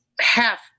half